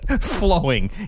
Flowing